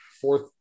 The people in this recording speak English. fourth